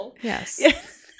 Yes